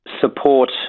support